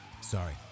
Sorry